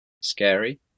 Scary